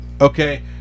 Okay